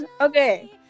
okay